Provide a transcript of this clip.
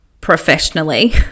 professionally